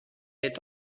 est